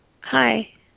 Hi